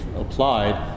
applied